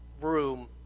room